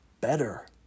better